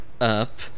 up